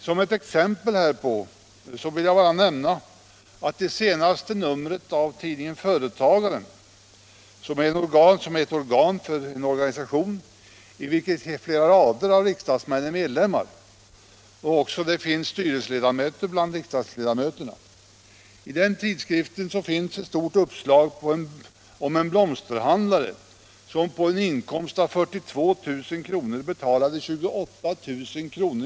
Som ett exempel härpå vill jag nämna att i senaste numret av tidningen Företagaren, som är organ för en organisation i vilken hela rader av riksdagsmän är medlemmar och bland vilka också somliga är styrelseledamöter, finns ett stort uppslag om en blomsterhandlare som på en inkomst av 42 000 kr. betalade 28 000 kr.